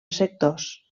sectors